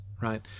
right